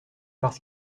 parce